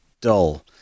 dull